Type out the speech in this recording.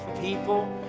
people